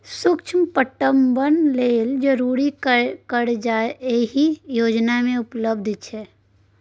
सुक्ष्म पटबन लेल जरुरी करजा एहि योजना मे उपलब्ध छै